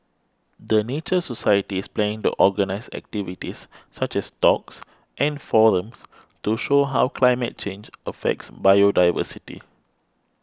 the Nature Society is planning to organise activities such as talks and forums to show how climate change affects biodiversity